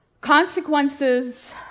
Consequences